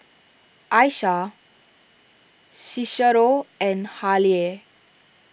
Aisha Cicero and Hallie